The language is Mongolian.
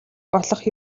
болох